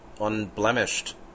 unblemished